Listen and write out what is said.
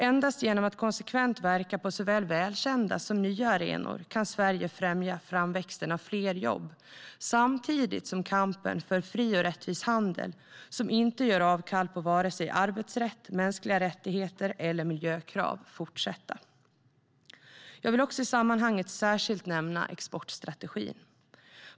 Endast genom att konsekvent verka på såväl välkända som nya arenor kan Sverige främja framväxten av fler jobb, samtidigt som kampen för fri och rättvis handel som inte gör avkall på vare sig arbetsrätt, mänskliga rättigheter eller miljökrav kan fortsätta. Jag vill också i sammanhanget särskilt nämna exportstrategin.